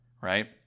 right